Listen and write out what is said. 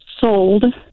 sold